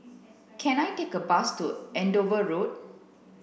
can I take a bus to Andover Road